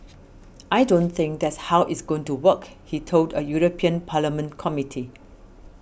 I don't think that's how it's going to work he told a European Parliament Committee